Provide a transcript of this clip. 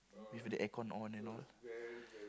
with the aircon on and all